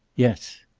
yes.